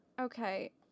Okay